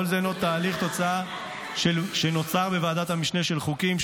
כל זה הינו תוצאה של תהליך שנוצר בוועדת המשנה של חוקים,